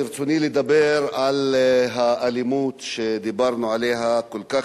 ברצוני לדבר על האלימות שדיברנו עליה כל כך